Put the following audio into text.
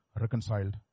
Reconciled